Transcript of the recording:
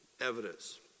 evidence